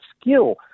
skill